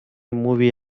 movie